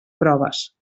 proves